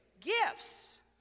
Gifts